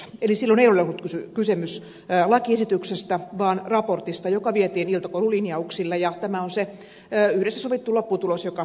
eli silloin ei ollut kysymys lakiesityksestä vaan raportista joka vietiin iltakoululinjauksilla ja tämä on se yhdessä sovittu lopputulos joka sieltä sitten on ulos tullut